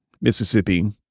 Mississippi